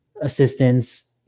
assistance